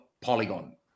Polygon